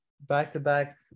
back-to-back